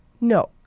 No